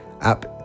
app